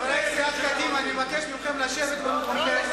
חברי סיעת קדימה, אני מבקש מכם לשבת במקומכם.